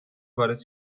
وارد